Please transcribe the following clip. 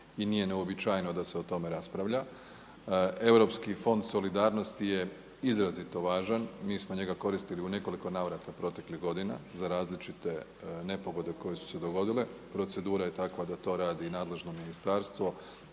i nije neuobičajeno da se o tome raspravlja. Europski fond solidarnosti je izrazito važan, mi smo njega koristili u nekoliko navrata proteklih godina za različite nepogode koje su se dogodile. Procedura je takva da to radi nadležno ministarstvo,